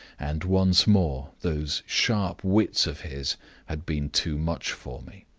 and once more those sharp wits of his had been too much for me.